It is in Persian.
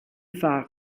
فرق